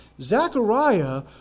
Zechariah